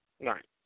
Right